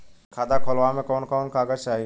खाता खोलवावे में कवन कवन कागज चाही?